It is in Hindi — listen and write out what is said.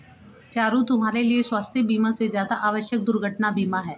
चारु, तुम्हारे लिए स्वास्थ बीमा से ज्यादा आवश्यक दुर्घटना बीमा है